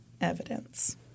evidence